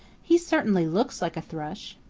he certainly looks like a thrush.